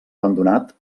abandonat